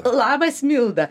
labas milda